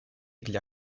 для